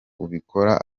ubikora